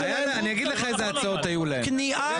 אגיד לך איזה הצעות היו להם --- אופיר,